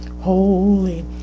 holy